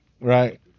Right